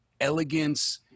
elegance